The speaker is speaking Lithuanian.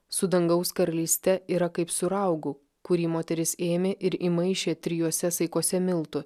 su dangaus karalyste yra kaip su raugu kurį moteris ėmė ir įmaišė trijuose saikuose miltų